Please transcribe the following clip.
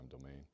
domain